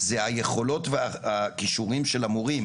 זה היכולות והקישורים של המורים.